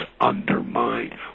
undermined